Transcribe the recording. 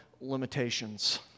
limitations